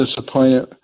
disappointed